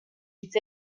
hitz